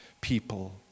people